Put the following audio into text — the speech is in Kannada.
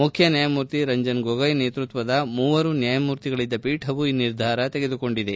ಮಖ್ಯ ನ್ನಾಯಮೂರ್ತಿ ರಂಜನ್ ಗೊಗೋಯ್ ನೇತೃತ್ವದ ಮೂವರು ನ್ಲಾಯಮೂರ್ತಿಗಳಿದ್ದ ಪೀಠವು ಈ ನಿರ್ಧಾರ ತೆಗೆದುಕೊಂಡಿದೆ